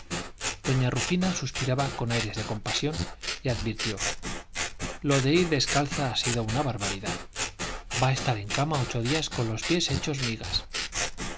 doña rufina suspiraba con aires de compasión y advirtió lo de ir descalza ha sido una barbaridad va a estar en cama ocho días con los pies hechos migas